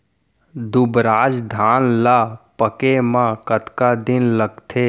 दुबराज धान ला पके मा कतका दिन लगथे?